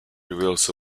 reveals